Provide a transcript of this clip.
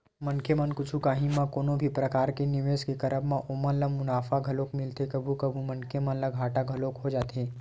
मनखे मन कुछु काही म कोनो भी परकार के निवेस के करब म ओमन ल मुनाफा घलोक मिलथे कभू कभू मनखे मन ल घाटा घलोक हो जाथे